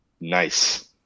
Nice